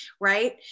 Right